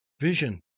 vision